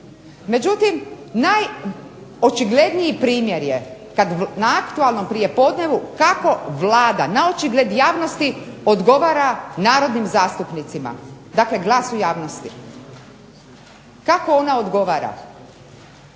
Međutim najočigledniji primjer je kad na aktualnom prijepodnevu kako Vlada naočigled javnosti odgovara narodnim zastupnicima, dakle glas u javnosti. Kako ona odgovara?